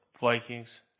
Vikings